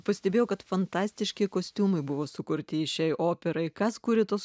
pastebėjau kad fantastiški kostiumai buvo sukurti šiai operai kas kūrė tuos